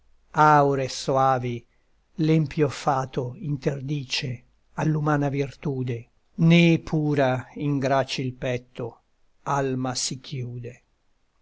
aure soavi l'empio fato interdice all'umana virtude né pura in gracil petto alma si chiude